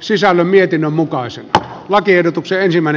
sisällön mietinnön mukaiset lakiehdotuksen ensimmäinen